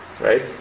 Right